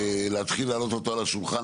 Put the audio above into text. להתחיל להעלות אותו על השולחן,